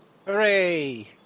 Hooray